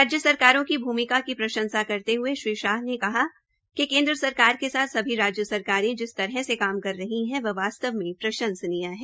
राज्य सरकारों की भूमिका की प्रशास करते हये श्री शाह ने कहा कि केन्द्र सरकार के साथ सभी राज्य सरकारें जिस तरह से काम कर रही है वह वास्तव में प्रंशसनीय है